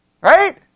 right